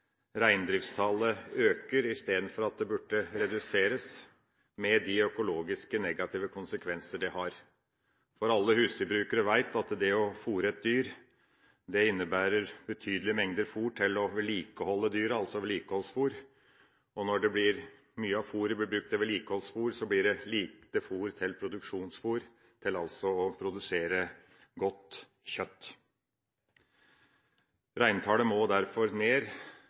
reindriftstallet øker – i stedet for at det burde reduseres – med de negative økologiske konsekvenser det har. For alle husdyrbrukere vet at det å fôre et dyr innebærer betydelige mengder fôr til å vedlikeholde dyrene, altså vedlikeholdsfôr, og når mye av fôret blir brukt til vedlikeholdsfôr, blir det lite fôr til produksjonsfôr, altså til å produsere godt kjøtt. Reintallet må derfor ned,